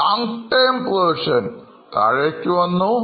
Long term provisions താഴേക്ക് വന്നു